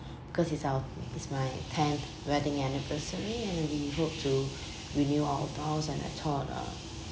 because it's our it's my tenth wedding anniversary and we hope to renew our vows and I thought uh